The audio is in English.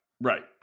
right